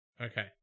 Okay